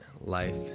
life